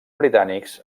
britànics